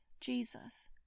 Jesus